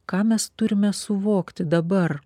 ką mes turime suvokti dabar